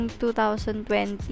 2020